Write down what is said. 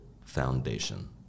foundation